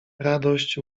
radość